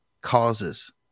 causes